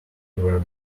were